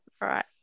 right